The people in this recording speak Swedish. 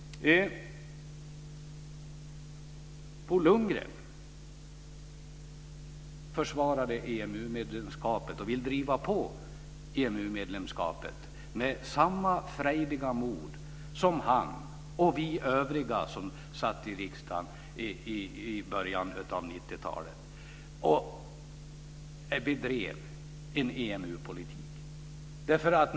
Bo Lundgren försvarade EMU-medlemskapet och vill driva på EMU-medlemskapet med samma frejdiga mod som han och vi övriga visade när vi satt i riksdagen och bedrev EMU-politik i början av 1990 talet.